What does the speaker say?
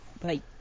Bye